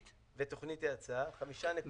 זה תוכנית האצה?